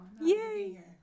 Yay